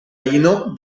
ino